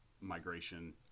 migration